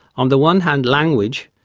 on the one hand language,